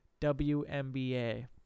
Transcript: WNBA